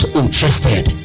interested